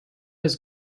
his